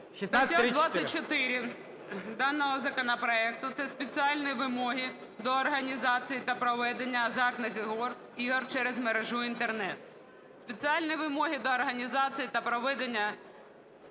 стаття 24 даного законопроекту – це "Спеціальні вимоги до організації та проведення азартних ігор через мережу Інтернет". Спеціальні вимоги до організації та проведення